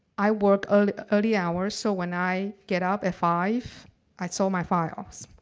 i work ah early hours. so, when i get up at five i saw my files.